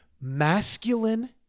masculine